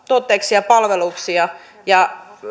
tuotteiksi ja palveluiksi